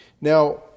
Now